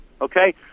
okay